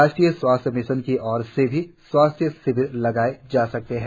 राष्ट्रीय स्वास्थ्य मिशन की ओर से भी स्वास्थ्य शिविर लगाए जा सकते हैं